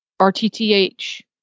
RTTH